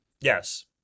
Yes